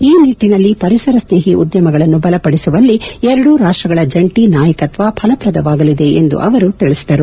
ಈ ನಿಟ್ಟನಲ್ಲಿ ಪರಿಸರಸ್ನೇಒ ಉದ್ಯಮಗಳನ್ನು ಬಲಪಡಿಸುವಲ್ಲಿ ಎರಡೂ ರಾಷ್ಟಗಳ ಜಂಟಿ ನಾಯಕತ್ವ ಫಲಪ್ರದವಾಗಲಿದೆ ಎಂದು ಅವರು ತಿಳಿಸಿದರು